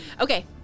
Okay